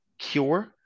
cure